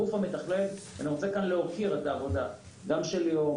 הגוף המתכלל אני רוצה להוקיר את העבודה של כולם,